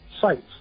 sites